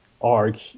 arc